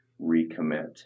recommit